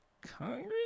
congress